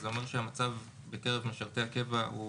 אז זה אומר שהמצב בקרב משרתי הקבע הוא